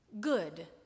Good